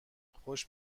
خوش